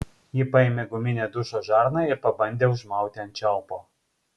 ji paėmė guminę dušo žarną ir pabandė užmauti ant čiaupo